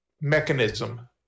mechanism